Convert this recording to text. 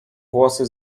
włosy